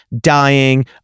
dying